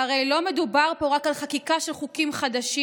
והרי לא מדובר פה רק על חקיקה של חוקים חדשים,